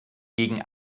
gegen